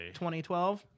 2012